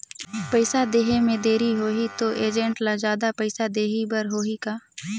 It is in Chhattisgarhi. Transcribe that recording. पइसा देहे मे देरी होही तो एजेंट ला जादा पइसा देही बर होही का?